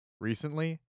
Recently